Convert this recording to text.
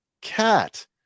cat